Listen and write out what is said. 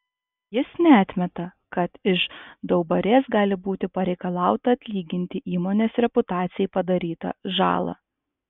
jis neatmeta kad iš daubarės gali būti pareikalauta atlyginti įmonės reputacijai padarytą žalą